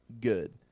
good